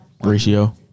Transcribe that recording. Ratio